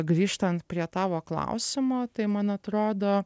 grįžtant prie tavo klausimo tai man atrodo